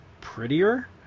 prettier